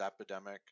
epidemic